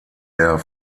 der